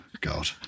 God